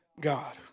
God